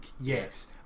yes